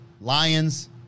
lions